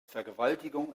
vergewaltigung